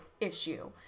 issue